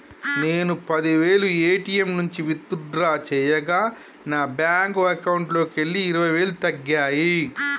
నేను పది వేలు ఏ.టీ.యం నుంచి విత్ డ్రా చేయగా నా బ్యేంకు అకౌంట్లోకెళ్ళి ఇరవై వేలు తగ్గాయి